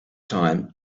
time